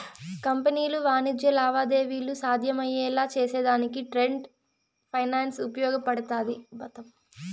కంపెనీలు వాణిజ్య లావాదేవీలు సాధ్యమయ్యేలా చేసేదానికి ట్రేడ్ ఫైనాన్స్ ఉపయోగపడతాది